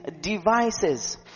devices